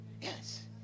yes